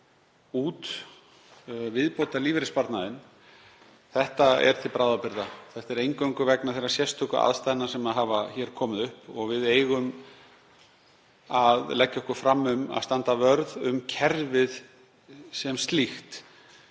er til bráðabirgða. Þetta er eingöngu vegna þeirra sérstöku aðstæðna sem hér hafa komið upp og við eigum að leggja okkur fram um að standa vörð um kerfið sem slíkt